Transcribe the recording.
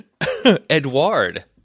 Edward